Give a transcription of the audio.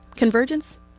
Convergence